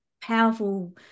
powerful